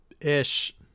Ish